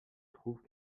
trouvent